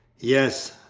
yes,